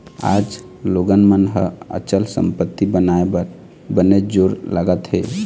आज लोगन मन ह अचल संपत्ति बनाए बर बनेच जोर लगात हें